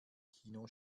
kino